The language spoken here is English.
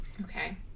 Okay